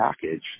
package